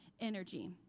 energy